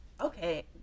okay